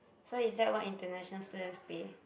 so is that what international students pay